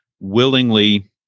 willingly